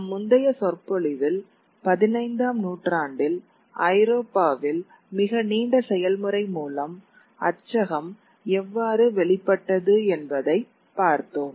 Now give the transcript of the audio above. நம் முந்தைய சொற்பொழிவில் பதினைந்தாம் நூற்றாண்டில் ஐரோப்பாவில் மிக நீண்ட செயல்முறை மூலம் அச்சகம் எவ்வாறு வெளிப்பட்டது என்பதைப் பார்த்தோம்